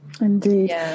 indeed